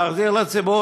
להחזיר לציבור,